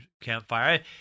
campfire